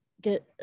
get